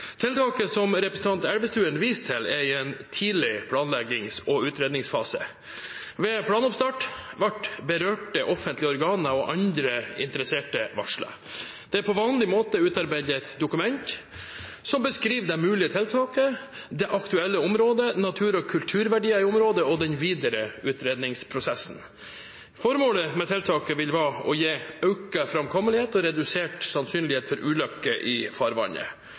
Tiltaket som representanten Elvestuen viser til, er i en tidlig planleggings- og utredningsfase. Ved planoppstart ble berørte offentlige organer og andre interesserte varslet. Det er på vanlig måte utarbeidet et dokument som beskriver det mulige tiltaket, det aktuelle området, natur- og kulturverdier i området og den videre utredningsprosessen. Formålet med tiltaket vil være å gi økt framkommelighet og redusert sannsynlighet for ulykker i farvannet.